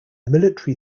military